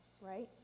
right